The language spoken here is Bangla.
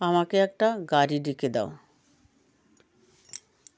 আমাকে একটা গাড়ি ডেকে দাও